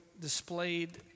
displayed